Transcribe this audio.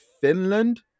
Finland